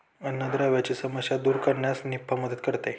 अन्नद्रव्यांची समस्या दूर करण्यास निफा मदत करते